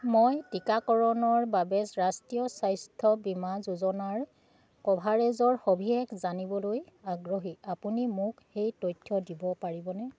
মই টিকাকৰণৰ বাবে ৰাষ্ট্ৰীয় স্বাস্থ্য বীমা যোজনাৰ কভাৰেজৰ সবিশেষ জানিবলৈ আগ্ৰহী আপুনি মোক সেই তথ্য দিব পাৰিবনে